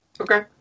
Okay